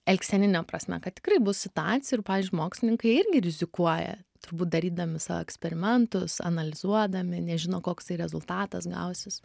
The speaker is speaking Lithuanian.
elgsenine prasme kad tikrai bus situacijų ir pavyzdžiui mokslininkai irgi rizikuoja turbūt darydami savo eksperimentus analizuodami nežino koks tai rezultatas gausis